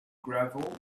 gravel